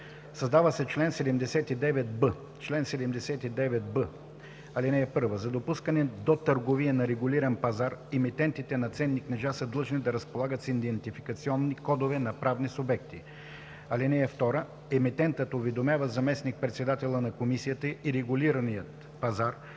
Създава се чл. 79б: „Чл. 79б. (1) За допускане до търговия на регулиран пазар, емитентите на ценни книжа са длъжни да разполагат с идентификационни кодове на правния субект. (2) Емитентът уведомява заместник-председателя на комисията и регулирания пазар,